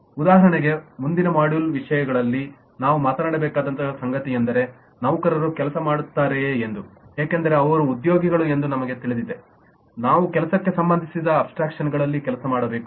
ಉದಾಹರಣೆಗೆ ಮುಂದಿನ ಮಾಡ್ಯೂಲ್ನ ವಿಷಯದಲ್ಲಿ ನಾವು ಮಾತನಾಡಬೇಕಾದ ಸಂಗತಿಯೆಂದರೆ ನೌಕರರು ಕೆಲಸ ಮಾಡುತ್ತಾರೆಯೇ ಎಂದು ಏಕೆಂದರೆ ಅವರೂ ಉದ್ಯೋಗಿಗಳು ಎಂದು ನಮಗೆ ತಿಳಿದಿದೆ ನಾವು ಕೆಲಸಕ್ಕೆ ಸಂಬಂಧಿಸಿದ ಅಬ್ಸ್ಟ್ರಾಕ್ಷನ್ ಗಳಲ್ಲಿ ಕೆಲಸ ಮಾಡಬೇಕು